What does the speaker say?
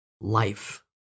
life